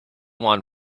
won